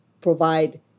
provide